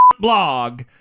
blog